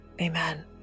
amen